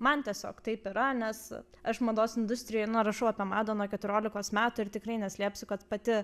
man tiesiog taip yra nes aš mados industrijoj nu rašau apie madą nuo keturiolikos metų ir tikrai neslėpsiu kad pati